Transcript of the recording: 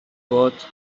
both